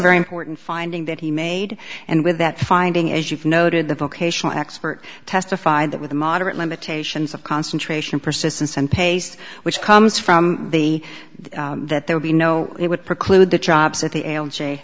very important finding that he made and with that finding as you've noted the vocational expert testified that with moderate limitations of concentration persistence and paste which comes from the that there be no it would preclude the charts at the